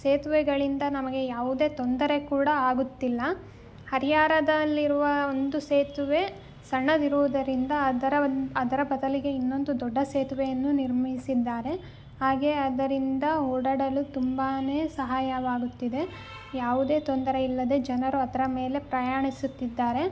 ಸೇತುವೆಗಳಿಂದ ನಮಗೆ ಯಾವುದೇ ತೊಂದರೆ ಕೂಡ ಆಗುತ್ತಿಲ್ಲ ಹರಿಹರದಲ್ಲಿರುವ ಒಂದು ಸೇತುವೆ ಸಣ್ಣದಿರೋದರಿಂದ ಅದರ ಒಂದು ಅದರ ಬದಲಿಗೆ ಇನ್ನೊಂದು ದೊಡ್ಡ ಸೇತುವೆಯನ್ನು ನಿರ್ಮಿಸಿದ್ದಾರೆ ಹಾಗೆಯೇ ಅದರಿಂದ ಓಡಾಡಲು ತುಂಬಾ ಸಹಾಯವಾಗುತ್ತಿದೆ ಯಾವುದೇ ತೊಂದರೆಯಿಲ್ಲದೆ ಜನರು ಅದರ ಮೇಲೆ ಪ್ರಯಾಣಿಸುತ್ತಿದ್ದಾರೆ